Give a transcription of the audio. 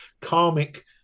karmic